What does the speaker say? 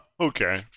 Okay